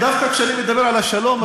דווקא כשאני מדבר על השלום אתם מפריעים?